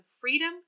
freedom